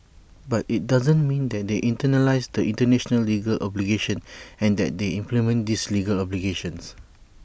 but IT doesn't mean that they internalise the International legal obligations and that they implement these legal obligations